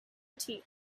teeth